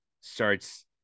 starts